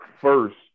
first